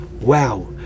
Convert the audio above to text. Wow